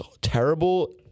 terrible